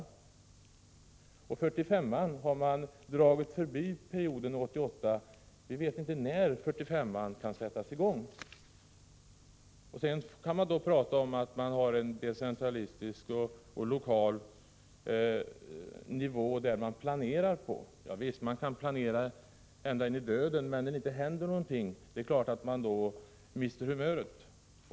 Utbyggnaden av riksväg 45 har förlagts till efter 1988, och vi vet inte när arbetet härmed kan sättas i gång. Det talas här om en decentralistisk inriktning och om planering på lokal nivå. Ja visst, man kan planera ända in i döden, men det är klart att folk mister humöret när det inte händer någonting.